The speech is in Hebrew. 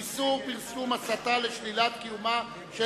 איסור פרסום הסתה לשלילת קיומה של